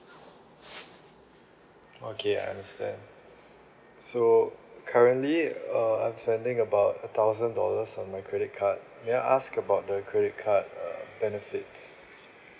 okay I understand so currently err I'm spending about a thousand dollars on my credit card may I ask about the credit card uh benefits